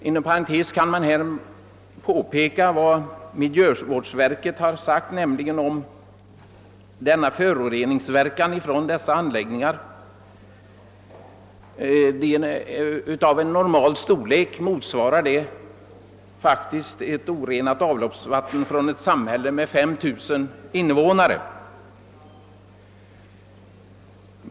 Inom parentes kan nämnas vad miljövårdsforskningsutredningen framhållit — beträffande föroreningen från dessa anläggningar. När det rör sig om en anläggning av normal storlek motsvarar föroreningen orenat avloppsvatten från ett samhälle med 5 000 invånare.